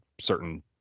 certain